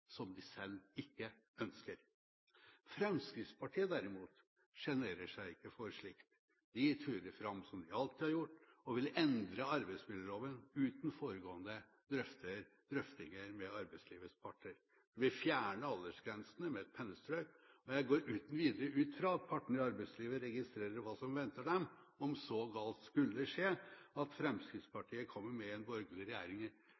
derimot sjenerer seg ikke for slikt. De turer fram som de alltid har gjort, og vil endre arbeidsmiljøloven uten forutgående drøftinger med arbeidslivets parter. De vil fjerne aldersgrensene med et pennestrøk, og jeg går uten videre ut fra at partene i arbeidslivet registrerer hva som venter dem, om så galt skulle skje at Fremskrittspartiet kommer med i en borgerlig regjering